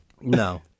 No